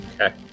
Okay